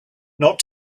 not